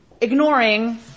ignoring